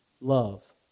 love